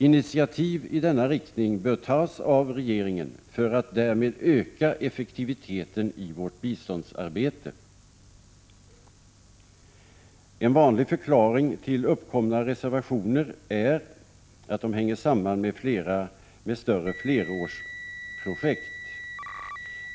Initiativ i denna riktning bör tas av regeringen för att därmed öka effektiviteten i vårt biståndsarbete. En vanlig förklaring till uppkomna reservationer är att de hänger samman med större flerårsprojekt.